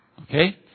Okay